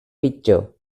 pitjor